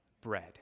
bread